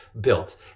built